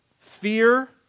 Fear